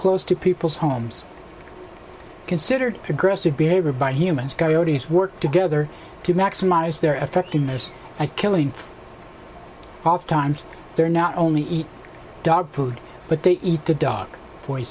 close to people's homes considered aggressive behavior by humans goatees work together to maximize their effectiveness a killing ofttimes there not only eat dog food but they eat the dog for